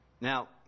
Now